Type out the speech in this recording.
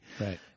Right